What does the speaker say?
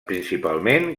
principalment